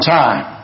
time